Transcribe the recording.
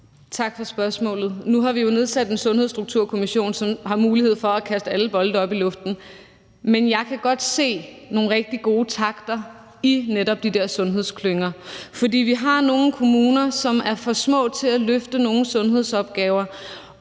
Tak for spørgsmålet. Nu har vi jo nedsat en Sundhedsstrukturkommission, som har mulighed for at kaste alle bolde op i luften. Men jeg kan godt se nogle rigtig gode takter i netop de der sundhedsklynger. For vi har nogle kommuner, som er for små til at løfte nogle sundhedsopgaver,